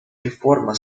реформа